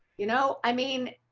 you know, i mean,